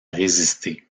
résister